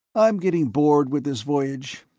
i'm getting bored with this voyage.